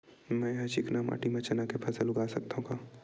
मै ह चिकना माटी म चना के फसल उगा सकथव का?